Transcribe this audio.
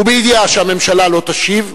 ובידיעה שהממשלה לא תשיב,